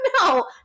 no